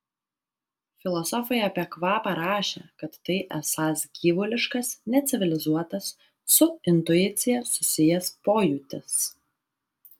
filosofai apie kvapą rašė kad tai esąs gyvuliškas necivilizuotas su intuicija susijęs pojūtis